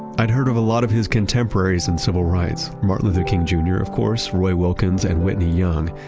i had heard of a lot of his contemporaries in civil rights, martin luther king, jr. of course, roy wilkins and whitney young.